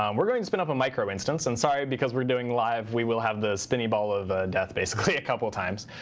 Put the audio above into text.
um we're going to open up a micro instance. and sorry, because we're doing live, we will have the spinny ball of death basically a couple of times.